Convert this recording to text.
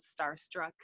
starstruck